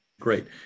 great